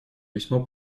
весьма